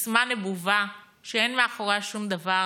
וסיסמה נבובה שאין מאחוריה שום דבר.